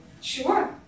Sure